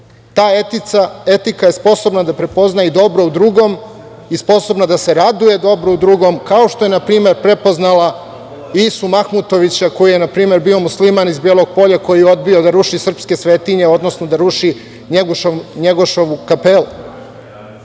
Ta etika je sposobna da prepozna i dobro u drugom i sposobna da se raduje dobrom u drugom, kao što je, na primer, prepoznala Isu Mahmutovića koji je, na primer, bio Musliman iz Bijelog Polja i koji je odbio da ruši srpske svetinje, odnosno da ruši Njegoševu kapelu.